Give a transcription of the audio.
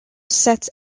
sets